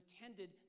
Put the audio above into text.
intended